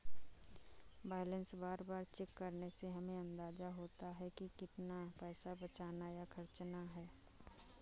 balance बार बार check करने से हमे अंदाज़ा होता है की कितना पैसा बचाना या खर्चना है